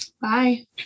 Bye